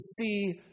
see